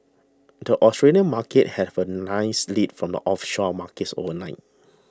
the Australian Markets have a nice lead from offshore markets overnight